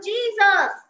Jesus